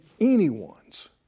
anyone's